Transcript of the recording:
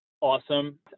awesome